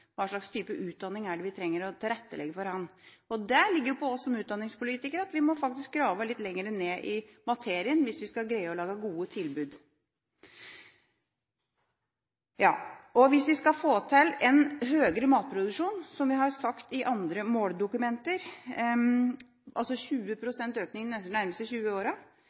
hva en bonde faktisk må kunne. Hva slags type utdanning trenger vi å tilrettelegge for? Det påligger oss som utdanningspolitikere at vi faktisk må grave litt lenger ned i materien hvis vi skal greie å lage gode tilbud. Hvis vi skal få til en høyere matproduksjon, som vi har sagt i andre måldokumenter – altså 20 pst. økning